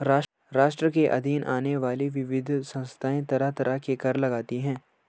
राष्ट्र के अधीन आने वाली विविध संस्थाएँ तरह तरह के कर लगातीं हैं